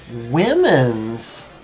Women's